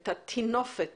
את הטינופת